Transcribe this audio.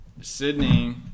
Sydney